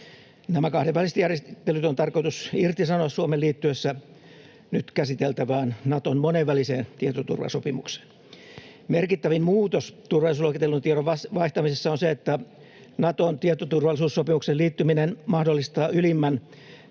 Nämä kahdenväliset järjestelyt on tarkoitus irtisanoa Suomen liittyessä nyt käsiteltävään Naton monenväliseen tietoturvasopimukseen. Merkittävin muutos turvallisuusluokitellun tiedon vaihtamisessa on se, että Naton tietoturvallisuussopimukseen liittyminen mahdollistaa ylimmän,